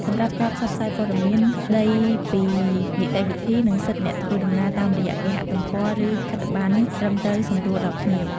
សម្រាប់ការផ្សព្វផ្សាយព័ត៌មានស្តីពីនីតិវិធី និងសិទ្ធិអ្នកធ្វើដំណើរតាមរយៈគេហទំព័រ ឬខិត្តប័ណ្ណត្រឹមត្រូវសម្រួលដល់ភ្ញៀវ។